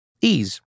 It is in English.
Ease